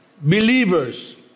believers